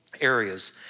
areas